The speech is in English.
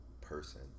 person